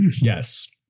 Yes